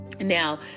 Now